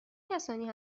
کسانی